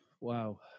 Wow